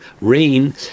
rain